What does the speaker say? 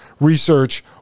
research